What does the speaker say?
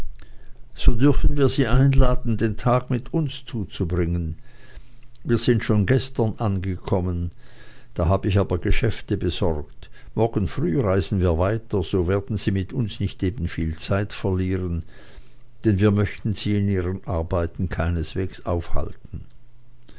so dürfen wir sie einladen den tag mit uns zuzubringen wir sind schon gestern angekommen da hab ich aber geschäfte besorgt morgen früh reisen wir weiter so werden sie mit uns nicht eben viel zeit verlieren denn wir möchten sie in ihren arbeiten keineswegs aufhalten